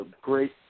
great